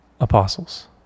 apostles